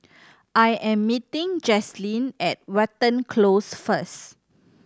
I am meeting Jaslene at Watten Close first